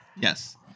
Yes